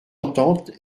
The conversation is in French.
entente